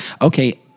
okay